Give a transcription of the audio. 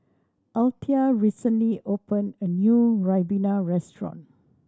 Althea recently opened a new ribena restaurant